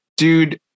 Dude